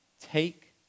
Take